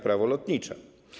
Prawo lotnicze.